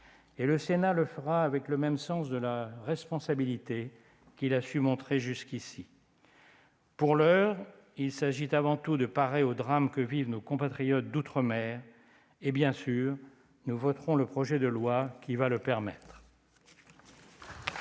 et le Sénat le fera avec le même sens de la responsabilité qu'il a su montrer jusqu'ici. Pour l'heure, il s'agit avant tout de parer au drame que vivent nos compatriotes d'outre-mer. Évidemment, nous voterons le projet de loi qui va le permettre.